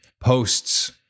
posts